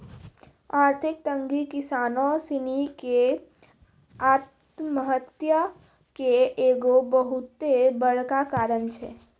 आर्थिक तंगी किसानो सिनी के आत्महत्या के एगो बहुते बड़का कारण छै